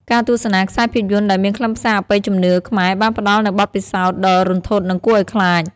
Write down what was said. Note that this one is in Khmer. ការទស្សនាខ្សែភាពយន្តដែលមានខ្លឹមសារអបិយជំនឿខ្មែរបានផ្តល់នូវបទពិសោធន៍ដ៏រន្ធត់និងគួរឲ្យខ្លាច។